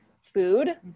food